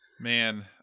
Man